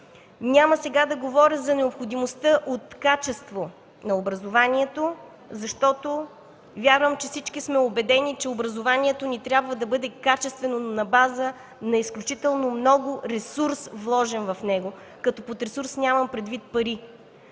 Няма да говоря за необходимостта от качество на образованието, защото вярвам, че всички сме убедени, че образованието ни трябва да бъде качествено на база на изключително много ресурс, вложен в него, като под ресурс нямам предвид пари,